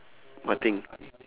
what thing